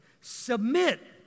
submit